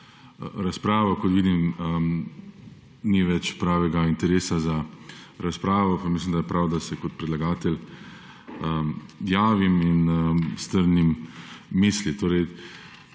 razpravo. Kot vidim, ni več pravega interesa za razpravo, pa mislim, da je prav, da se kot predlagatelj javim in strnem misli.